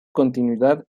continuidad